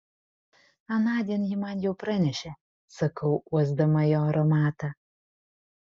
anądien ji man jau pranešė sakau uosdama jo aromatą